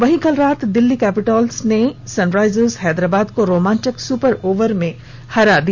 वहीं कल रात दिल्ली कैपिटल्स ने सनराईजर्स हैदराबाद को रोमांचक सुपर ओवर में हरा दिया